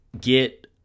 get